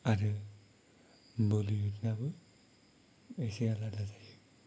आरो बलिउडनाबो एसे आलादा जायो